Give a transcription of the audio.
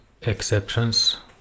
exceptions